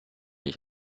ich